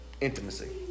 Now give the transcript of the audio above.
Intimacy